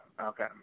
Okay